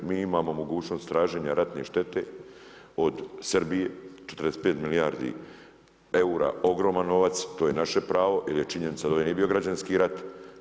Mi imamo mogućnost traženja ratne štete od Srbije, 45 milijardi eura, ogroman novac, to je naše pravo, jer je činjenica da ovdje nije bio građanski rat.